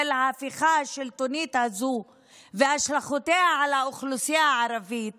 ההפיכה השלטונית הזו והשלכותיה על האוכלוסייה הערבית